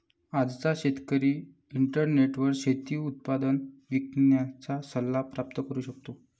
आजचा शेतकरी इंटरनेटवर शेती उत्पादन विकण्याचा सल्ला प्राप्त करू शकतो